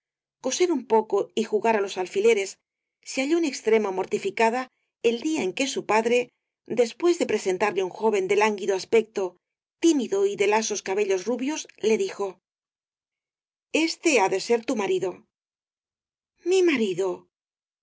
coser un poco y jugar á los alfileres se halló en extremo mortificada el día en que su padre después de presentarle un joven de lánguido aspecto tímido y de lasos cabellos rubios le dijo este ha de ser tu marido mi marido